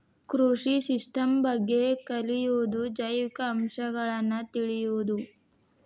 ಕೃಷಿ ಸಿಸ್ಟಮ್ ಬಗ್ಗೆ ಕಲಿಯುದು ಜೈವಿಕ ಅಂಶಗಳನ್ನ ತಿಳಿಯುದು